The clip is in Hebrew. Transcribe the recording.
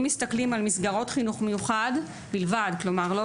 אם מסתכלים על מסגרות חינוך מיוחד בלבד, כלומר לא